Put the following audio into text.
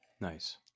Nice